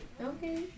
okay